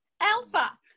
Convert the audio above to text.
Alpha